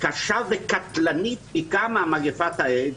קשה וקטלנית פי כמה, מגפת האיידס,